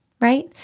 right